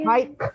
Mike